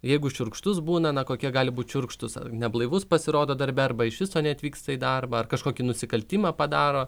jeigu šiurkštus būna na kokie gali būti šiurkštūs neblaivus pasirodo darbe arba iš viso neatvyksta į darbą ar kažkokį nusikaltimą padaro